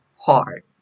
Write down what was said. hard